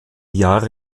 jahre